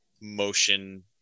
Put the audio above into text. motion